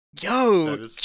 Yo